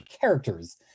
characters